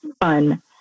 fun